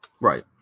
right